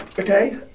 Okay